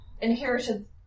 inherited